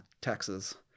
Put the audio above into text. taxes